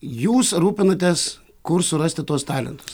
jūs rūpinatės kur surasti tuos talentus